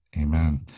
Amen